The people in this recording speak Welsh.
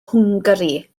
hwngari